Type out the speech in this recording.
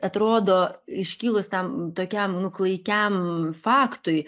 atrodo iškilus tam tokiam klaikiam faktui